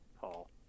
Paul